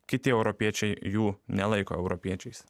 kiti europiečiai jų nelaiko europiečiais